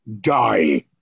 die